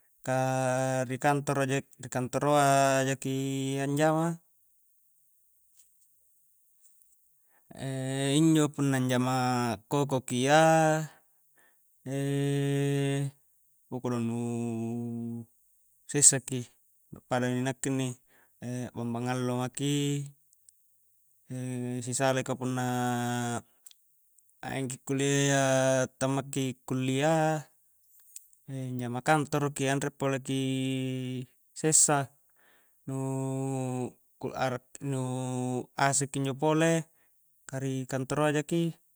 Ka ri kantoro-ri kantoroa jaki anjama, injo punna anjama koko ki iya ukkodong nu sessa ki, appada mi nakke inni a'bambang allo maki sisalai ka punna maingki kullia iya tamma ki kullia anjama kantoro ki anre pole ki sessa nu nu ac ki injo pole ka ri kantoro jaki.